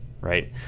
right